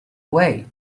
way